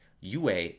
UA